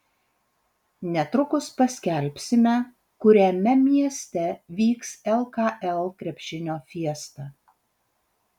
netrukus paskelbsime kuriame mieste vyks lkl krepšinio fiesta